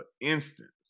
instant